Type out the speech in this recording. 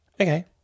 Okay